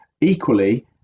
Equally